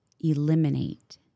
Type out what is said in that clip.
eliminate